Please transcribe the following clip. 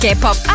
K-pop